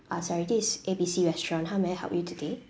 ah sorry this is A B C restaurant how may I help you today